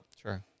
sure